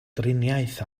driniaeth